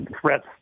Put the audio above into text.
threats